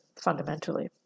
fundamentally